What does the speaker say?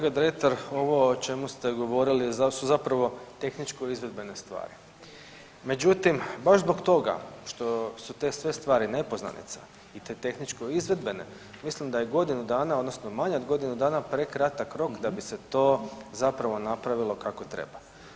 Kolega Dretar ovo o čemu ste govorili su zapravo tehničko izvedbene stvari, međutim baš zbog toga što su te sve stvari nepoznanica i te tehničko izvedbene mislim da je godinu dana odnosno manje od godinu dana prekratak rok da bi se to zapravo napravilo kako treba.